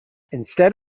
instead